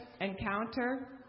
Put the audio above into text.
Encounter